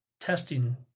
testing